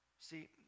See